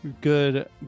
good